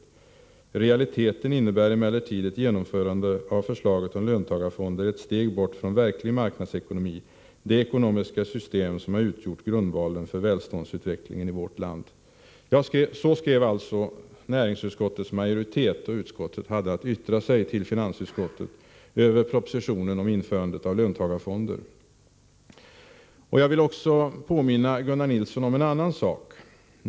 I realiteten innebär emellertid ett genomförande av förslaget om löntagarfonder ett steg bort från en verklig marknadsekonomi, det ekonomiska system som har utgjort grundvalen för välståndsutvecklingen i vårt land.” Så skrev alltså näringsutskottets majoritet, då utskottet hade att yttra sig till finansutskottet över propositionen om införande av löntagarfonder. Jag vill också påminna Gunnar Nilsson om en annan sak.